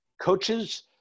coaches